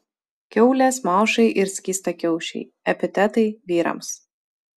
kiaulės maušai ir skystakiaušiai epitetai vyrams